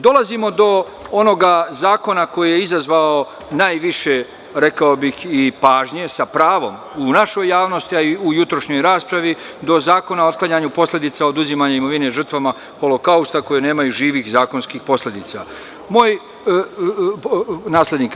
Dolazimo do onoga zakona koji je izazvao najviše, rekao bih, i pažnje, sa pravom, u našoj javnosti, a i u jutrošnjoj raspravi, do Zakona o otklanjanju posledica oduzimanja imovine žrtvama Holokausta koji nemaju živih zakonskih naslednika.